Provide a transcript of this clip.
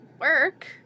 work